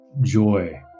joy